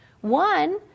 One